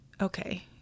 okay